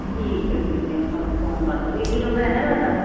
ਠੀਕ ਹੈ ਠੀਕ ਹੈ ਮੈਂ ਤੁਹਾਨੂੰ ਫ਼ੋਨ ਕਰ ਦੂੰਗੀ ਇਹੀ ਨੰਬਰ ਹੈ ਨਾ ਤੁਹਾਡਾ